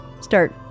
start